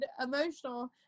emotional